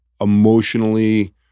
emotionally